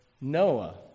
Noah